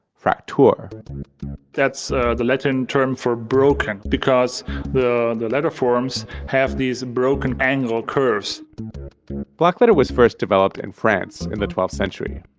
fraktur that's the latin term for broken because the the letterforms have these broken angle curves blackletter was first developed in france in the twelfth century,